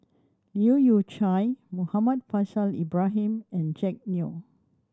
Leu Yew Chye Muhammad Faishal Ibrahim and Jack Neo